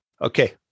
okay